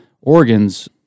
organs